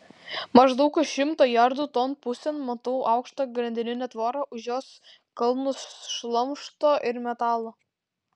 maždaug už šimto jardų ton pusėn matau aukštą grandininę tvorą už jos kalnus šlamšto ir metalo